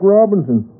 Robinson